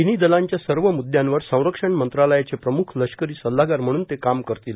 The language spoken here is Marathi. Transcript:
तिन्ही दलांच्या सर्व मुद्दयांवर संरक्षण मंत्रालयाचे प्रमुख लष्करी सल्लागार म्हणून ते काम करतील